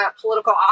political